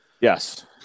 Yes